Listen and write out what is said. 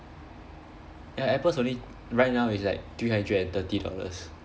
ya apple's only right now it's at three hundred and thirty dollars